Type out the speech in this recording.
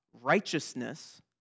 righteousness